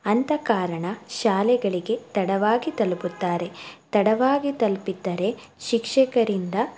ಅಂಥ ಕಾರಣ ಶಾಲೆಗಳಿಗೆ ತಡವಾಗಿ ತಲುಪುತ್ತಾರೆ ತಡವಾಗಿ ತಲುಪಿದ್ದರೆ ಶಿಕ್ಷಕರಿಂದ